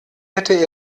hätte